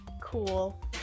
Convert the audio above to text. Cool